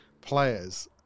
players